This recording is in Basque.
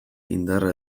indarra